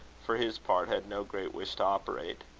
for his part, had no great wish to operate.